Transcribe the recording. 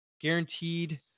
guaranteed